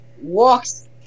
walks